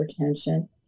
hypertension